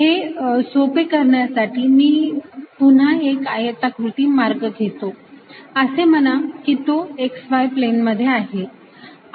हे सोपे करण्यासाठी मी पुन्हा एक आयताकृती मार्ग घेतो असे म्हणा की तो x y प्लेन मध्ये आहे